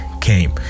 came